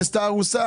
כי היא נעשתה הרוסה.